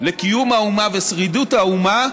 לקיום האומה ולשרידות האומה,